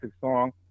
song